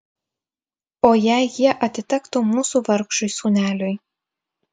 o jei jie atitektų mūsų vargšui sūneliui